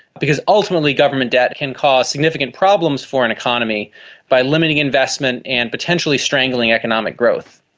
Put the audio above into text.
because ultimately government debt can cause significant problems for an economy by limiting investment and potentially strangling economic growth.